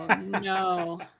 no